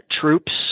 troops